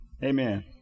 Amen